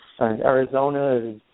Arizona